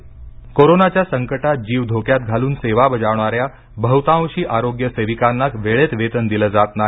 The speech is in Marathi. वेतन कोरोनाच्या संकटात जीव धोक्यात घालून सेवा बजावणा या बह्तांशी आरोग्य सेविकांना वेळेत वेतन दिल जात नाही